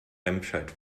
remscheid